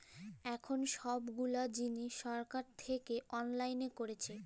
এখল ছব গুলা জিলিস ছরকার থ্যাইকে অললাইল ক্যইরেছে